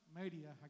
media